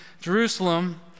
Jerusalem